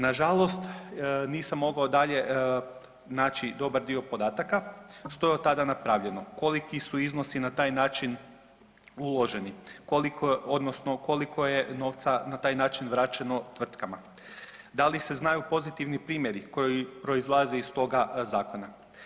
Nažalost nisam mogao naći dobar dio podataka što je od tada napravljeno, koliki su iznosi na taj način uloženi, koliko je novca na taj način vraćeno tvrtkama, da li se znaju pozitivni primjeri koji proizlaze iz toga zakona.